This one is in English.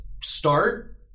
start